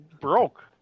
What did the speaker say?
broke